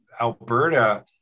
Alberta